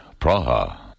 Praha